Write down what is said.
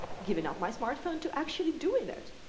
giving up my smartphone to actually doing it.